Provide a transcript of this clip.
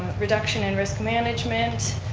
reduction in risk management.